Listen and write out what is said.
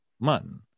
mutton